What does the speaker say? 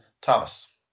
Thomas